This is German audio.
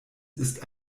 ist